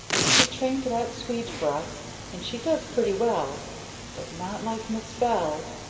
she trained that swede for us and she does pretty well but not like miss bell!